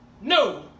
No